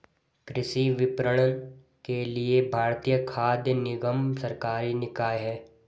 कृषि विपणन के लिए भारतीय खाद्य निगम सरकारी निकाय है